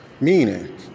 Meaning